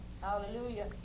Hallelujah